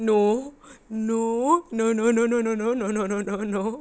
no no no no no no no no no no no no no